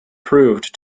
proved